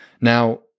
Now